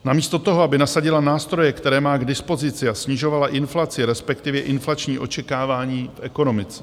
Namísto toho, aby nasadila nástroje, které má k dispozici, a snižovala inflaci, respektive inflační očekávání v ekonomice.